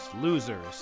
losers